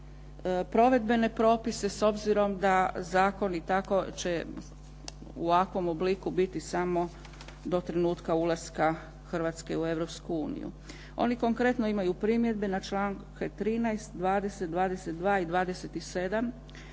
provedbene propise s obzirom da zakoni tako će u ovakvom obliku biti samo do trenutka ulaska Hrvatske u Europsku uniju. Oni konkretno imaju primjedbe na članke 13., 20., 22. i 27.